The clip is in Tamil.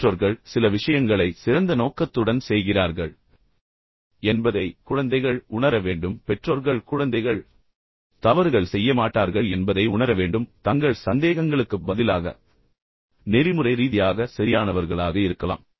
பெற்றோர்கள் சில விஷயங்களை சிறந்த நோக்கத்துடன் செய்கிறார்கள் என்பதை குழந்தைகள் உணர வேண்டும் பெற்றோர்கள் குழந்தைகள் தவறுகள் செய்ய மாட்டார்கள் என்பதை உணர வேண்டும் மேலும் அவர்கள் தங்கள் சந்தேகங்கள் மற்றும் சந்தேகங்களுக்கு பதிலாக நெறிமுறை ரீதியாக சரியானவர்களாக இருக்கலாம்